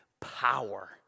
power